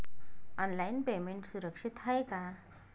Online payment सुरक्षित आहे का?